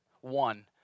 one